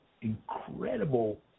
incredible